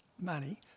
money